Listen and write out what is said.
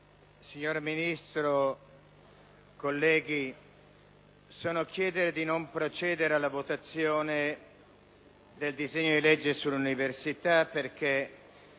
signor Ministro, colleghi, sono a chiedere di non procedere alla votazione del disegno di legge sull'università perché,